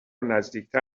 نزدیکتر